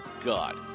God